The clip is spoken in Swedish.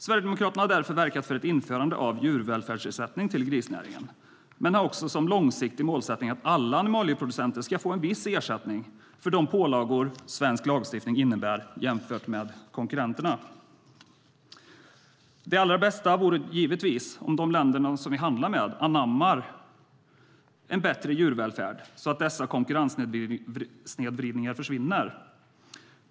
Sverigedemokraterna har därför verkat för ett införande av en djurvälfärdsersättning till grisnäringen men har också som långsiktig målsättning att alla animalieproducenter ska få viss ersättning för de pålagor som svensk lagstiftning innebär för dem jämfört med hur det är för konkurrenterna. Det allra bästa är givetvis om de länder vi handlar med anammar en bättre djurvälfärd så att dessa konkurrenssnedvridningar försvinner.